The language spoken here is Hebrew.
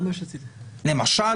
למשל